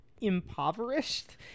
impoverished